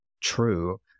true